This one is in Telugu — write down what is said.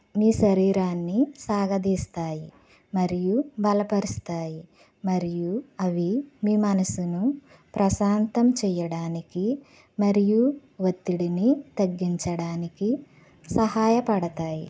మీ శరీరాన్నిసాగదీస్తాయి మరియు బలపరుస్తాయి మరియు అవి మీ మనసును ప్రశాంతం చేయడానికి మరియు ఒత్తిడిని తగ్గించడానికి సహాయపడతాయి